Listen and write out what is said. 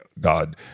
God